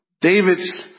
David's